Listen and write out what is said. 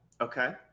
Okay